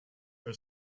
are